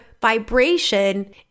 vibration